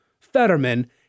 Fetterman